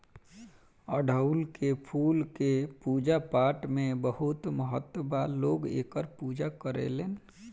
अढ़ऊल के फूल के पूजा पाठपाठ में बहुत महत्व बा लोग एकर पूजा करेलेन